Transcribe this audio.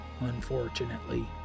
unfortunately